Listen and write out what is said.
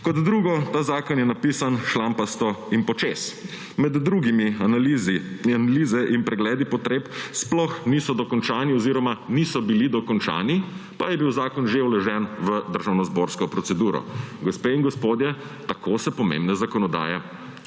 Kot drugo, ta zakon je napisan šlampasto in počez. Med drugim analize in pregledi potreb sploh niso bili dokončani, pa je bil zakon že vložen v državnozborsko proceduro. Gospe in gospodje, tako se pomembna zakonodaja